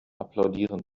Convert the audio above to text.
applaudieren